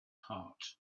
heart